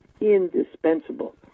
indispensable